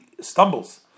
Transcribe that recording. stumbles